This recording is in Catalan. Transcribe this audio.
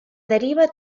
deriva